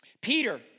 Peter